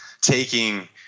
taking